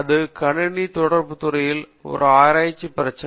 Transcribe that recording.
இது கணினி தொடர்பு துறையில் ஒரு ஆராய்ச்சி பிரச்சனை